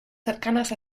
cercanas